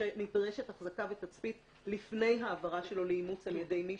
נדרשת החזקה ותצפית לפני ההעברה שלו לאימוץ על ידי מישהו.